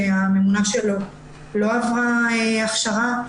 שהממונה שלו לא עברה הכשרה.